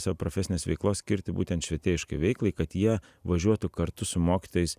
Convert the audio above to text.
savo profesinės veiklos skirti būtent švietėjiškai veiklai kad jie važiuotų kartu su mokytojais